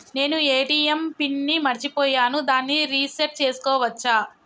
నేను ATM pin ని మరచిపోయాను దాన్ని రీ సెట్ చేసుకోవచ్చా?